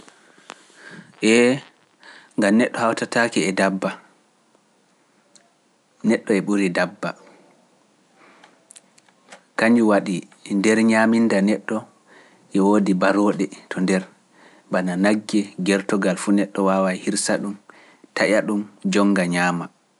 E gam neddo hautatake e dabba. ɗoo ɗoo ndiyam ɗo ɓe ɓuri ɗabba ɗo ndiyam ɗo ɓe ɓuri ɗabba